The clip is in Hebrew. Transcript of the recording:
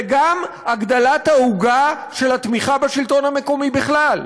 וגם הגדלת העוגה של התמיכה בשלטון המקומי בכלל.